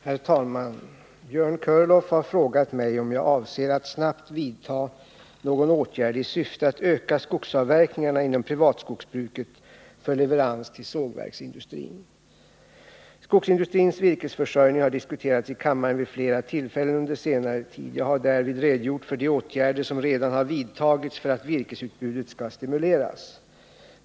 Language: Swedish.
Herr talman! Björn Körlof har frågat mig om jag avser att snabbt vidta någon åtgärd i syfte att öka skogsavverkningarna inom privatskogsbruket för leverans till sågverksindustrin. Skogsindustrins virkesförsörjning har diskuterats i kammaren vid flera tillfällen under senare tid. Jag har därvid redogjort för de åtgärder som redan har vidtagits för att virkesutbudet skall stimuleras.